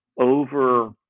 over